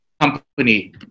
company